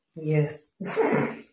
Yes